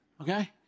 okay